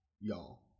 y'all